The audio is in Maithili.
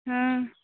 हँ